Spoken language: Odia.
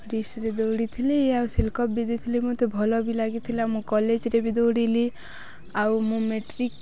ରେସ୍ରେ ଦୌଡ଼ିଥିଲି ଆଉ ସିଲ୍ଡ କପ୍ ବି ଦେଇଥିଲି ମୋତେ ଭଲ ବି ଲାଗିଥିଲା ମୁଁ କଲେଜଜ୍ରେ ବି ଦୌଡ଼ିଲି ଆଉ ମୁଁ ମେଟ୍ରିକ୍